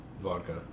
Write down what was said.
Vodka